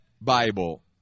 Bible